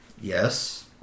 Yes